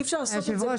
אני לא מתווכח.